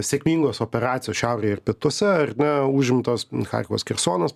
sėkmingos operacijos šiaurėj ir pietuose ar ne o užimtos charkivas kersonas